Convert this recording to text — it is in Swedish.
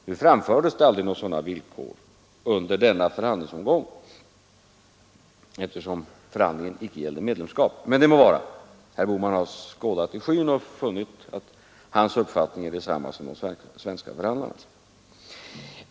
Nu framfördes aldrig några sådana villkor under denna förhandlingsomgång, eftersom förhandlingen icke gällde medlemskap. Det må emellertid så vara — herr Bohman har tydligen skådat i skyn och funnit att hans uppfattning är densamma som de svenska förhandlarnas.